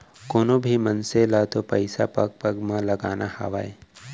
कोनों भी मनसे ल तो पइसा पग पग म लगाना हावय